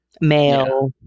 male